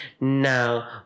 Now